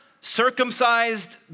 circumcised